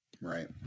Right